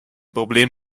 problem